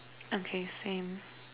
okay same